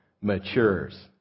matures